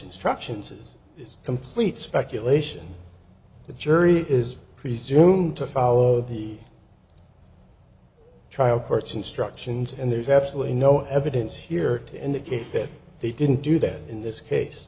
instructions is is complete speculation the jury is presumed to follow the trial court's instructions and there's absolutely no evidence here to indicate that they didn't do that in this case